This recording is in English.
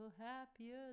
Happier